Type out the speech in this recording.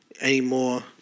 anymore